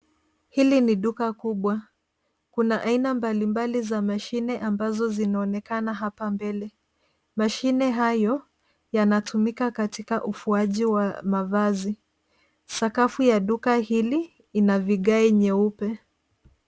Hili ni duka kubwa kuna aina mbalimbali za mashini ambazo zinaonekana hapa mbele, mashini hayo yanatumika katika ufuaji wa mavazi ,sakafu ya duka hili ina vigae nyeupe.